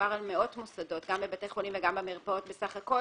מדובר על מאות מוסדות בסך הכול,